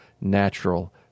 natural